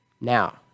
now